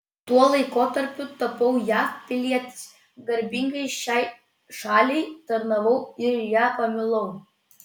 tuo laikotarpiu tapau jav pilietis garbingai šiai šaliai tarnavau ir ją pamilau